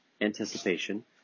anticipation